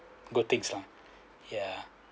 good things lah ya